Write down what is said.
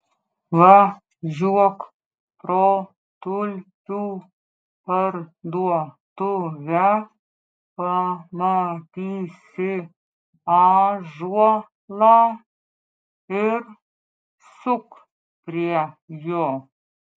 važiuok pro tulpių parduotuvę pamatysi ąžuolą ir suk prie jo